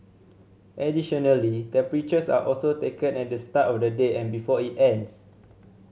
additionally temperatures are also taken at the start of the day and before it ends